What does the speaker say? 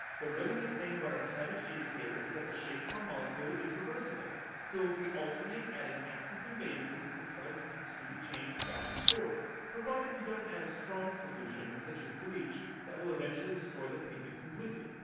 the really neat thing about a cabbage indicator is that the shape of our molecule is reversible so we alternate adding acids and bases the colour can continue to change back and forth provided you don't add a strong solution such as bleach that will eventually destroy the pigment completely.